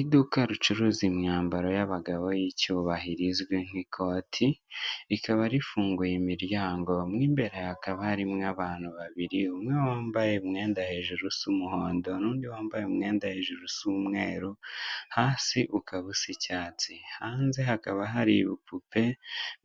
Iduka ricuruza imyambaro y'abagabo y'icyubahiro izwi nk'ikoti, rikaba rifunguye imiryango, mo imbere hakaba harimo abantu babiri, umwe wambaye umwenda hejuru usa umuhondo, n'undi wambaye umwenda hejuru usa umweru, hasi ukaba usa icyatsi. Hanze hakaba hari ibipupe